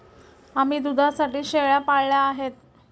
आम्ही दुधासाठी शेळ्या पाळल्या आहेत